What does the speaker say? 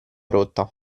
rotta